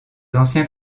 anciens